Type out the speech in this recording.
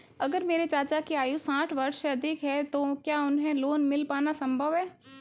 अगर मेरे चाचा की आयु साठ वर्ष से अधिक है तो क्या उन्हें लोन मिल पाना संभव है?